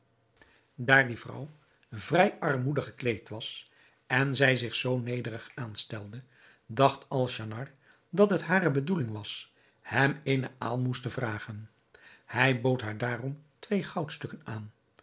daar die vrouw vrij armoedig gekleed was en zij zich zoo nederig aanstelde dacht alnaschar dat het hare bedoeling was hem eene aalmoes te vragen hij bood haar daarom twee goudstukken aan